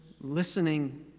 Listening